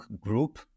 group